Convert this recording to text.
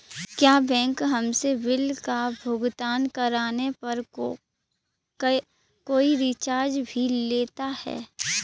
क्या बैंक हमसे बिल का भुगतान करने पर कोई चार्ज भी लेता है?